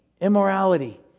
immorality